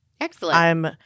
Excellent